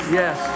yes